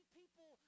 people